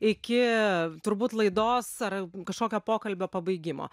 iki turbūt laidos ar kažkokio pokalbio pabaigimo